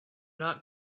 not